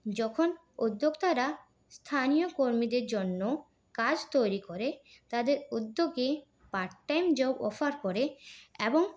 যখন উদ্যোক্তারা স্থানীয় কর্মীদের জন্য কাজ তৈরি করে তাদের উদ্যোগে পার্ট টাইম জব অফার করেন এবং